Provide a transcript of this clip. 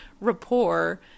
rapport